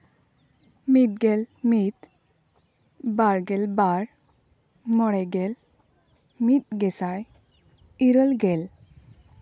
ᱢᱤᱫ ᱜᱮᱞ ᱢᱤᱫ ᱵᱟᱨᱜᱮᱞ ᱵᱟᱨ ᱢᱚᱬᱮ ᱜᱮᱞ ᱢᱤᱫ ᱜᱮᱥᱟᱭ ᱤᱨᱟᱹᱞ ᱜᱮᱞ